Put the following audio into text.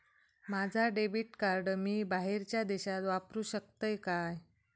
माझा debit card मी बाहेरच्या देशात वापरू शकतय काय?